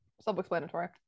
self-explanatory